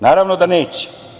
Naravno da neće.